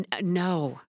no